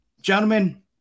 Gentlemen